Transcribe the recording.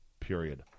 period